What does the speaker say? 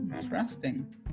interesting